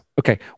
Okay